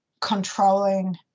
controlling